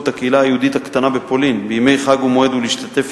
את הקהילה היהודית הקטנה בפולין בימי חג ומועד ולהשתתף